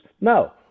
no